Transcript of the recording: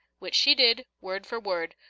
which she did, word for word,